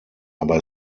aber